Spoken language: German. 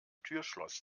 türschloss